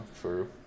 true